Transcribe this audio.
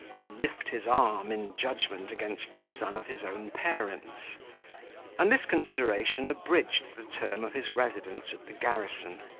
to lift his arm in judgment against the son of his own parents and this consideration abridged the term of his residence at the garrison,